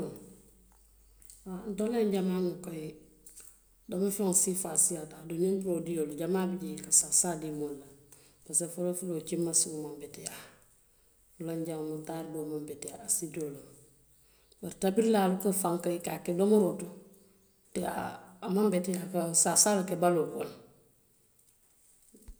Ntelu la ñiŋ jamaanoo kayi domofeŋ siifaa siyaata aduŋ ñiŋ poroodiolu jamaa bi jee i ka saasaa dii moolu la le, pasiko foloo foloo, kimasio maŋ beteyaa fulanjaŋo mutaaridoo maŋ beteyaa asiidoo loŋ bari tabirilaalu ka fanka, ka a ke domoroo to teyi a maŋ beteyaa a ka saasaa le ke baloo kono.